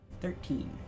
Thirteen